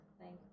Thank